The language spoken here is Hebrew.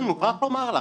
אני מוכרח לומר לך,